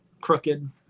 crooked